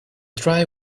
dry